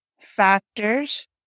factors